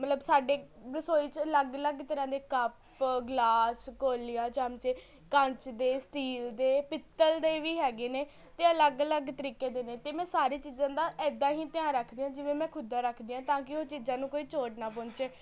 ਮਤਲਬ ਸਾਡੇ ਰਸੋਈ 'ਚ ਅਲੱਗ ਅਲੱਗ ਤਰ੍ਹਾਂ ਦੇ ਕੱਪ ਗਲਾਸ ਕੋਲੀਆਂ ਚਮਚੇ ਕੰਚ ਦੇ ਸਟੀਲ ਦੇ ਪਿੱਤਲ ਦੇ ਵੀ ਹੈਗੇ ਨੇ ਅਤੇ ਅਲੱਗ ਅਲੱਗ ਤਰੀਕੇ ਦੇ ਨੇ ਅਤੇ ਮੈਂ ਸਾਰੀ ਚੀਜ਼ਾਂ ਦਾ ਇੱਦਾਂ ਹੀ ਧਿਆਨ ਰੱਖਦੀ ਹਾਂ ਜਿਵੇਂ ਮੈਂ ਖੁਦ ਦਾ ਰੱਖਦੀ ਹਾਂ ਤਾਂ ਕਿ ਓਹ ਚੀਜ਼ਾਂ ਨੂੰ ਕੋਈ ਚੋਟ ਨਾ ਪਹੁੰਚੇ